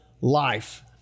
life